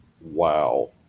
Wow